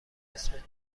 اسمت